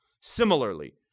Similarly